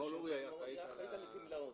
לימור לוריא, היא אחראית על הגמלאות.